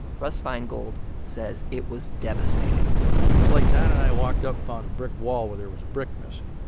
russ feingold says it was devastating it's like john and i walked up and found a brick wall where there was a brick missing,